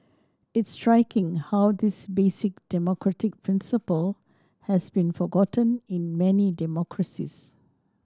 it's striking how this basic democratic principle has been forgotten in many democracies